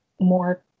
more